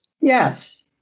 Yes